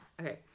Okay